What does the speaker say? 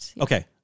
Okay